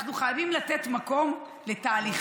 אנחנו חייבים לתת מקום לתהליכים.